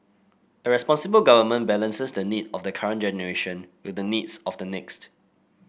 a responsible government balances the need of the current generation with the needs of the next